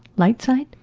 light side?